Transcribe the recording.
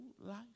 life